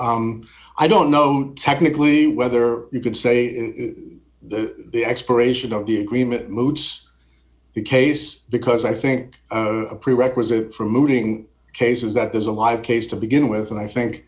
arm i don't know technically whether you could say the expiration of the agreement moots the case because i think a prerequisite for moving cases that is a live case to begin with and i think